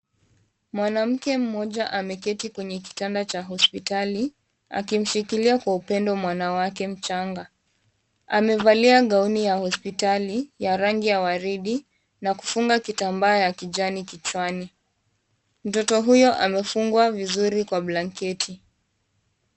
Mwanamke mmoja ameketi kwenye kitanda cha hospitali, akimshikiliwa kwa upendo mwana wake mchanga. Amevalia gauni ya hospitali ya rangi ya waridi, na kufunga kitambaa ya kijani kichwani. Mtoto huyo amefungwa vizuri kwa blanketi.